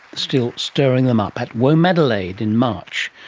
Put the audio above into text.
still stirring them up at womadelaide in march.